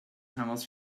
house